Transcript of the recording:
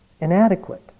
inadequate